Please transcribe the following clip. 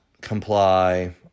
comply